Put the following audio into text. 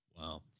Wow